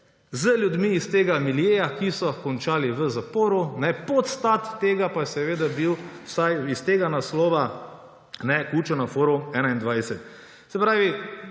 z ljudmi iz tega miljeja, ki so končali v zaporu. Podstat tega pa je seveda bil, vsaj iz tega naslova, Kučanov Forum 21. Se pravi,